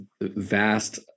vast